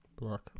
black